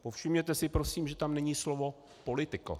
Povšimněte si prosím, že tam není slovo political.